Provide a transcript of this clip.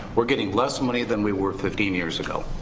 we're getting less money than we were fifteen years ago,